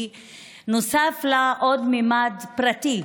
נוסף עוד ממד פרטי,